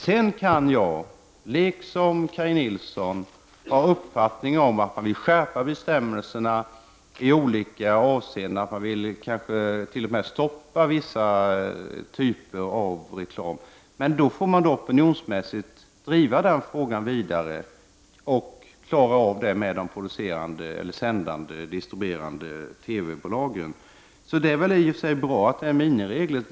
Sedan kan jag, liksom Kaj Nilsson, vilja skärpa bestämmelserna i olika avseenden. Man vill kanske t.o.m. stoppa vissa typer av reklam. Men då får man driva den frågan vidare opinionsmässigt och klara upp den med de distribuerande TV-bolagen. I och för sig är det bra att det är miniregler.